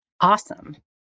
awesome